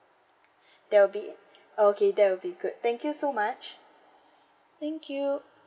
that will be okay that will be good thank you so much thank you